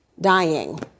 dying